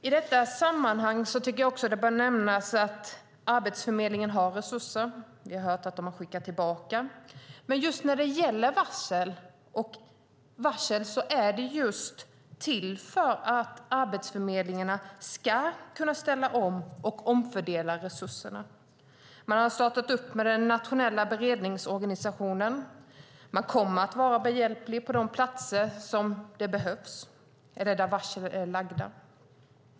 I detta sammanhang tycker jag också att det bör nämnas att Arbetsförmedlingen har resurser. Vi har hört att de har skickat tillbaka pengar. Men detta är till för att Arbetsförmedlingen ska kunna ställa om och omfördela resurserna just när det gäller varsel. Man har startat den nationella beredningsorganisationen. Man kommer att vara behjälplig på de platser där det behövs och där varsel är lagda.